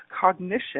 cognition